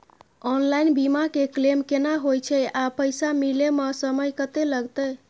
Online बीमा के claim केना होय छै आ पैसा मिले म समय केत्ते लगतै?